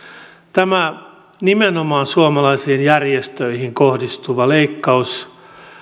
tämä nimenomaan suomalaisiin järjestöihin kohdistuva leikkaus